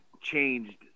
changed